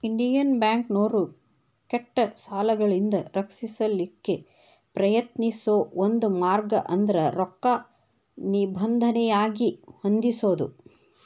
Indian ಬ್ಯಾಂಕ್ನೋರು ಕೆಟ್ಟ ಸಾಲಗಳಿಂದ ರಕ್ಷಿಸಲಿಕ್ಕೆ ಪ್ರಯತ್ನಿಸೋ ಒಂದ ಮಾರ್ಗ ಅಂದ್ರ ರೊಕ್ಕಾ ನಿಬಂಧನೆಯಾಗಿ ಹೊಂದಿಸೊದು